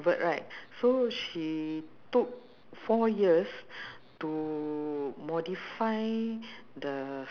right mm but for me uh the most memorable one was uh I I know it's it's ac~